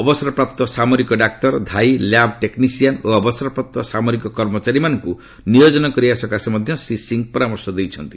ଅବସରପ୍ରାପ୍ତ ସାମରିକ ଡାକ୍ତର ଧାଇ ଲ୍ୟାବ ଟେକୁସିଆନ୍ ଓ ଅବସରପ୍ରାପ୍ତ ସାମରିକ କର୍ମଚାରୀମାନଙ୍କୁ ନିୟୋଜନ କରିବା ପାଇଁ ଶ୍ରୀ ସିଂ ପରାମର୍ଶ ଦେଇଛନ୍ତି